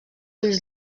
ulls